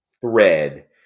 thread